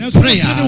prayer